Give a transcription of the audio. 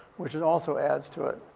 which it also adds to it.